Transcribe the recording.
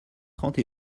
trente